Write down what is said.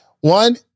One